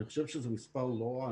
אני חושב שהוא מספר לא רע.